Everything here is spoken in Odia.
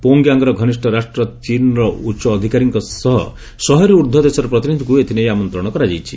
ପୋଙ୍ଗୟାଙ୍ଗର ଘନିଷ୍ଠ ରାଷ୍ଟ୍ର ଚୀନ୍ର ଉଚ୍ଚ ଅଧିକାରୀଙ୍କ ସହ ଶହେରୁ ଊର୍ଦ୍ଧ୍ୱ ଦେଶର ପ୍ରତିନିଧିଙ୍କୁ ଏଥିନେଇ ଆମନ୍ତ୍ରଣ କରାଯାଇଛି